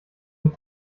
mit